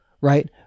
right